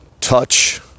touch